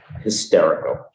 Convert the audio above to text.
hysterical